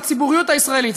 לציבוריות הישראלית.